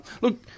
look